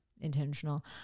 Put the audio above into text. Intentional